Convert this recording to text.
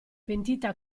pentita